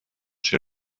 chez